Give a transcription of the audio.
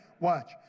Watch